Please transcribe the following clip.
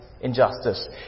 injustice